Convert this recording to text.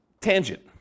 tangent